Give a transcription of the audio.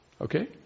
Okay